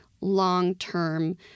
long-term